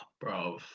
Bro